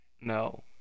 No